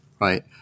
right